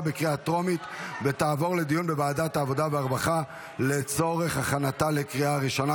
לוועדת העבודה והרווחה נתקבלה.